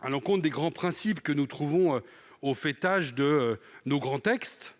à l'encontre des grands principes que nous trouvons au faîte de nos grands textes,